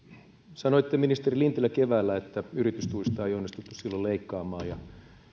sanoitte ministeri lintilä keväällä että yritystuista ei onnistuttu silloin leikkaamaan ja